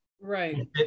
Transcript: right